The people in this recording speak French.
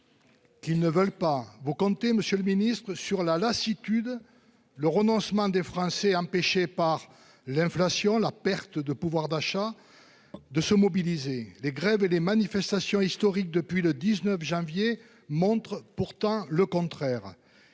Qu'ils ne veulent pas vous comptez Monsieur le Ministre, sur la lassitude le renoncement des Français empêchés par l'inflation, la perte de pouvoir d'achat. De se mobiliser les grèves et les manifestations historiques depuis le 19 janvier montre pourtant le contraire.